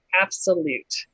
absolute